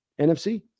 NFC